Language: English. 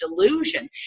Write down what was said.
delusion